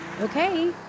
Okay